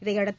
இதையடுத்து